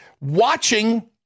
watching